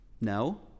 No